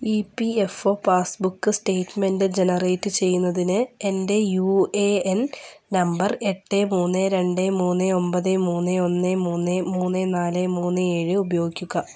E P F O passbook statement generate ചെയ്യുന്നതിന് എൻ്റെ U A N number എട്ട് മൂന്ന് രണ്ട് മൂന്ന് ഒൻപത് മൂന്ന് ഒന്ന് മൂന്ന് മൂന്ന് നാല് മൂന്ന് ഏഴ് ഉപയോഗിക്കുക